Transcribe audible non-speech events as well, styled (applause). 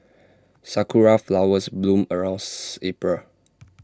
Sakura Flowers bloom around (hesitation) April